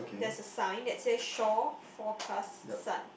there's a sign that says shore forecast sun